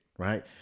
Right